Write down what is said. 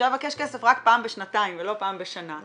אפשר לבקש כסף רק פעם בשנתיים ולא פעם בשנה.